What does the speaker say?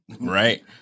Right